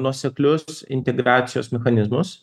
nuoseklius integracijos mechanizmus